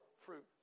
fruit